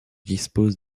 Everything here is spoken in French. dispose